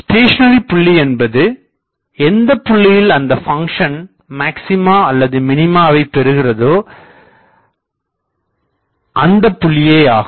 stationary புள்ளி என்பது எந்தப் புள்ளியில் அந்த ஃபங்ஷன் மேக்ஸிமா அல்லது மினிமாவை பெறுகிறதோ அந்த புள்ளியேயாகும்